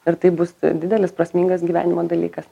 ir tai bus didelis prasmingas gyvenimo dalykas